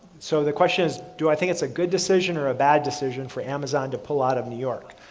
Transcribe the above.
so, the question is do i think it's a good decision or a bad decision for amazon to pull out of new york?